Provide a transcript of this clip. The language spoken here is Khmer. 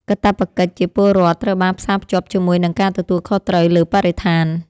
កាតព្វកិច្ចជាពលរដ្ឋត្រូវបានផ្សារភ្ជាប់ជាមួយនឹងការទទួលខុសត្រូវលើបរិស្ថាន។